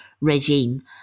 regime